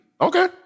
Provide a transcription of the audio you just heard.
okay